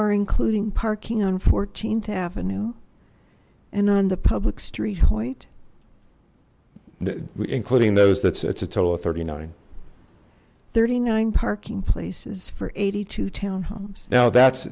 are including parking on fourteenth avenue and on the public street white that including those that sets a total of thirty nine thirty nine parking places for eighty two town homes now that's